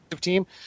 team –